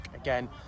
again